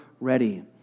ready